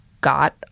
got